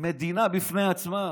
מדינה בפני עצמה.